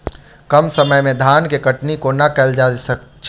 कम समय मे धान केँ कटनी कोना कैल जाय छै?